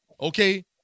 Okay